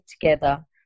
together